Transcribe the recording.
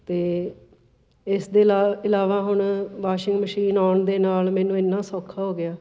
ਅਤੇ ਇਸ ਦੇ ਲਾ ਇਲਾਵਾ ਹੁਣ ਵਾਸ਼ਿੰਗ ਮਸ਼ੀਨ ਆਉਣ ਦੇ ਨਾਲ ਮੈਨੂੰ ਇਨਾ ਸੌਖਾ ਹੋ ਗਿਆ